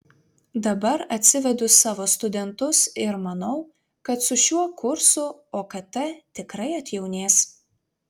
dabar atsivedu savo studentus ir manau kad su šiuo kursu okt tikrai atjaunės